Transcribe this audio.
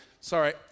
Sorry